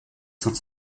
sont